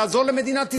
לעזור למדינת ישראל.